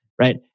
right